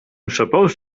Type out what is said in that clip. supposed